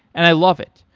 and i love it.